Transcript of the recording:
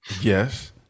Yes